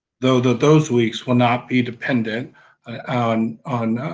though that those weeks will not be dependent on on